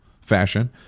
fashion